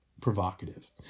provocative